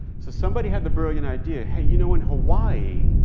so somebody had the brilliant idea, hey, you know, in hawaii,